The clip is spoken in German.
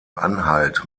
anhalt